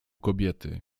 kobiety